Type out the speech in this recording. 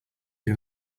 you